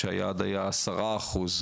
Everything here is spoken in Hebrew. שהיעד היה עשרה אחוז,